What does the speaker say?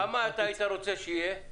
כמה היית רוצה שיהיה?